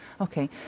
Okay